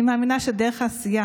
אני מאמינה שדרך העשייה,